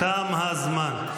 תם ה-זמן.